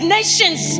Nations